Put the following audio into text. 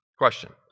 question